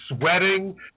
sweating